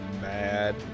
mad